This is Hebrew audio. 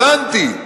הבנתי,